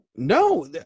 No